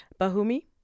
Bahumi